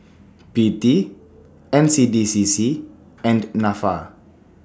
P T N C D C C and Nafa